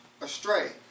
astray